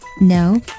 No